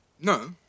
No